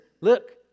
Look